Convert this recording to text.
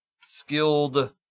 skilled